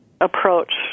approach